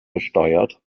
besteuert